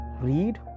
read